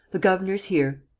the governor's here!